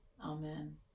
Amen